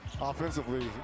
offensively